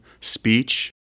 speech